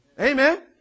Amen